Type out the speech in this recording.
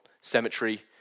Cemetery